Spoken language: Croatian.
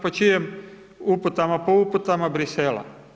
Po čime uputama, po uputama Bruxellesa.